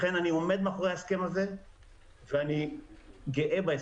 לכן אני עומד מאחורי ההסכם הזה ואני גאה בו.